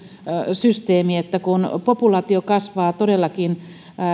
systeemi että kun populaatio kasvaa todellakin